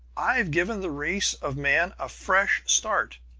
i've given the race of man a fresh start.